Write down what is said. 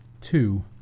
two